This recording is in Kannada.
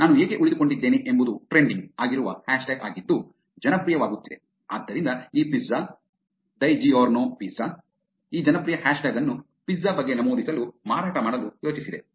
ನಾನು ಏಕೆ ಉಳಿದುಕೊಂಡಿದ್ದೇನೆ ಎಂಬುದು ಟ್ರೆಂಡಿಂಗ್ ಆಗಿರುವ ಹ್ಯಾಶ್ಟ್ಯಾಗ್ ಆಗಿದ್ದು ಜನಪ್ರಿಯವಾಗುತ್ತಿದೆ ಆದ್ದರಿಂದ ಈ ಪಿಜ್ಜಾ ಡಿಜಿಯೊರ್ನೊ ಪಿಜ್ಜಾ ಈ ಜನಪ್ರಿಯ ಹ್ಯಾಶ್ ಟ್ಯಾಗ್ ಅನ್ನು ಪಿಜ್ಜಾ ಬಗ್ಗೆ ನಮೂದಿಸಲು ಮಾರಾಟ ಮಾಡಲು ಯೋಚಿಸಿದೆ